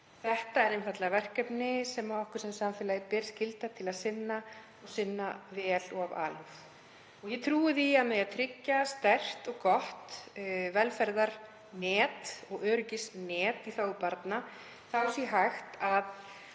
Þetta er einfaldlega verkefni sem okkur sem samfélagi ber skylda til að sinna vel og af alúð. Ég trúi því að með því að tryggja sterkt og gott velferðarnet og öryggisnet í þágu barna sé hægt að